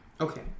Okay